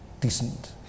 decent